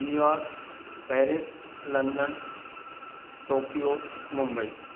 New York Paris London Tokyo Mumbai